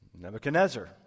Nebuchadnezzar